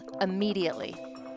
immediately